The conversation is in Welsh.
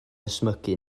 ysmygu